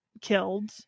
killed